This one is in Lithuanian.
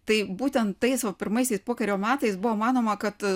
tai būtent tais va pirmaisiais pokario metais buvo manoma kad